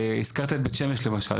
הזכרת את בית שמש למשל.